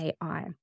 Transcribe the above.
AI